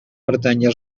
pertànyer